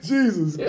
Jesus